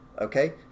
okay